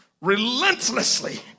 relentlessly